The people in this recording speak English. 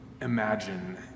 imagine